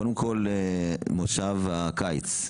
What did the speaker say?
קודם כל לגבי מושב הקיץ,